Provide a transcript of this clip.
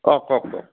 অঁ কওক কওক